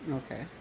okay